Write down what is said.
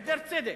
העדר צדק.